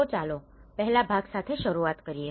તો ચાલો પહેલા ભાગ સાથે શરૂઆત કરીએ